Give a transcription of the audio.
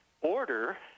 order